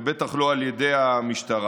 ובטח לא על ידי המשטרה.